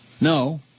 No